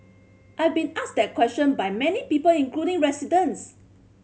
I've been asked that question by many people including residents